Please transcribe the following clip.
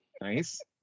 Nice